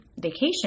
vacation